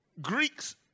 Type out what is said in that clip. Greeks